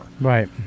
Right